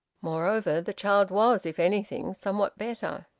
moreover, the child was if anything somewhat better.